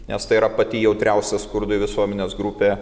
nes tai yra pati jautriausia skurdui visuomenės grupė